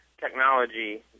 technology